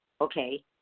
okay